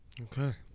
Okay